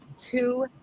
two